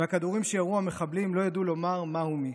והכדורים שירו המחבלים לא ידעו לומר מה הוא מי.